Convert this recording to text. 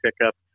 pickup